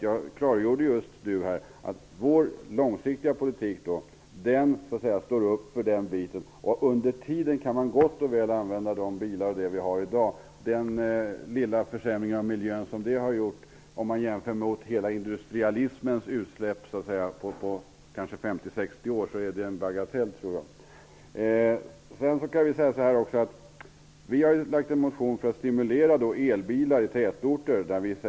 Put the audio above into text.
Jag klargjorde just att vår långsiktiga politik står upp för den biten. Under tiden kan man gott och väl använda de bilar som vi har i dag. Den lilla försämring av miljön som dessa bilar har medfört jämfört med hela industrins utsläpp under 50--60 år är en bagatell, tror jag. Vi har väckt en motion som syftar till att stimulera elbilar i tätorter.